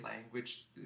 language